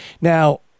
Now